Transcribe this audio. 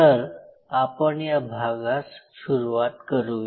तर आपण या भागास सुरूवात करू या